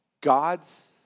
gods